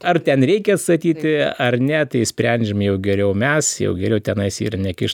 ar ten reikia atstatyti ar ne tai sprendžiam jau geriau mes jau geriau tenais ir nekišt